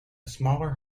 smaller